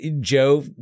Joe